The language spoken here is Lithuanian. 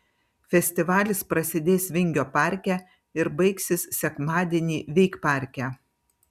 festivalis prasidės vingio parke ir baigsis sekmadienį veikparke